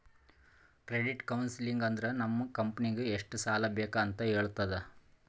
credit counselling ಅಂದುರ್ ನಮ್ ಕಂಪನಿಗ್ ಎಷ್ಟ ಸಾಲಾ ಬೇಕ್ ಅಂತ್ ಹೇಳ್ತುದ